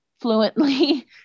fluently